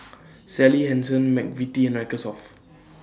Sally Hansen Mcvitie's and Microsoft